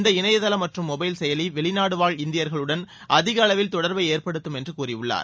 இந்த இணையதளம் மற்றும் மொபைல் செயலி வெளிநாடுவாழ் இந்தியர்களுடன் அதிக அளவில் தொடர்பை ஏற்படுத்தும் என்று கூறியுள்ளார்